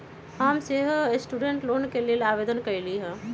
हम सेहो student loan के लेल आवेदन कलियइ ह